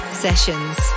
sessions